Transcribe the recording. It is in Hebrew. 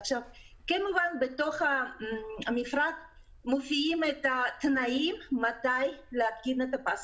המגן והם מופיעים בתוך רשימת ההתקנים המאושרים.